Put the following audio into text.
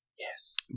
Yes